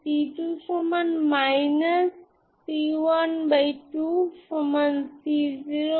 সুতরাং এই ডিটারমিন্যান্ট কখনই 0 হবে না